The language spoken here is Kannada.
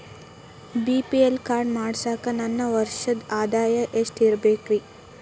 ಬಿ.ಪಿ.ಎಲ್ ಕಾರ್ಡ್ ಮಾಡ್ಸಾಕ ನನ್ನ ವರ್ಷದ್ ಆದಾಯ ಎಷ್ಟ ಇರಬೇಕ್ರಿ?